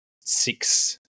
six